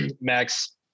Max